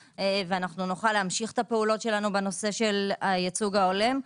ונוכל להמשיך את הפעולות שלנו בנושא הייצוג ההולם,